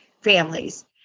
families